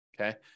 okay